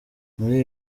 muri